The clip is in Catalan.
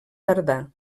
tardà